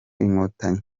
inkotanyi